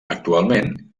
actualment